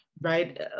right